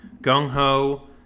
gung-ho